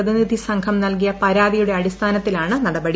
പ്രതിനിധി സംഘം നൽകിയ പരാതിയുടെ അടിസ്ഥാനത്തിലാണ് നടപടി